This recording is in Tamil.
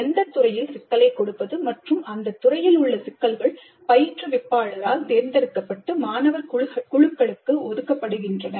எந்தத் துறையில் சிக்கலை கொடுப்பது மற்றும் அந்த துறையில் உள்ள சிக்கல்கள் பயிற்றுவிப்பாளரால் தேர்ந்தெடுக்கப்பட்டு மாணவர் குழுக்களுக்கு ஒதுக்கப்படுகின்றன